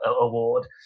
award